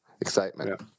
Excitement